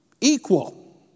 equal